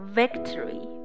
victory